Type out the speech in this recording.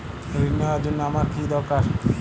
ঋণ নেওয়ার জন্য আমার কী দরকার?